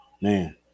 man